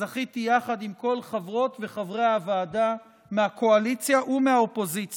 שזכיתי יחד עם כל חברות וחברי הוועדה מהקואליציה ומהאופוזיציה